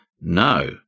No